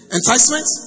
enticement